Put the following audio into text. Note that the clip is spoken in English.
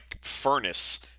furnace